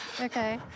Okay